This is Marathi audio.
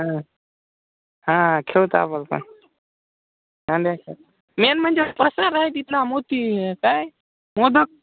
हा हा खेळता बोलता चालायचं मेन म्हणजे कसा काय तिथला मोती काय मोदक